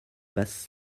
basse